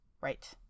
right